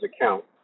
account